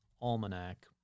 Almanac